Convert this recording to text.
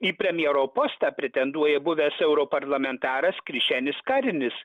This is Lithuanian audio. į premjero postą pretenduoja buvęs europarlamentaras krišenis karinis